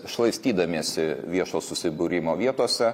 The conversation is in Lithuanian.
šlaistydamiesi viešo susibūrimo vietose